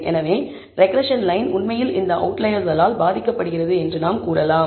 எனவே regression line உண்மையில் இந்த அவுட்லையெர்ஸ்களால் பாதிக்கப்படுகிறது என்று நாம் கூறலாம்